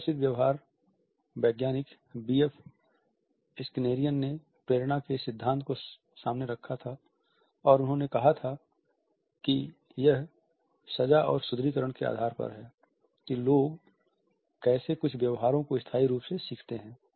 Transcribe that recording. एक प्रसिद्ध व्यवहार वैज्ञानिक बीएफ स्किनेरियन ने प्रेरणा के इस सिद्धांत को सामने रखा था और उन्होंने कहा था कि यह सजा और सुदृढीकरण के आधार पर है कि लोग कैसे कुछ व्यवहारों को स्थायी रूप से सीखते हैं